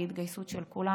בהתגייסות של כולם,